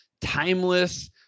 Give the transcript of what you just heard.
timeless